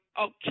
okay